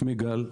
שמי גל,